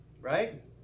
right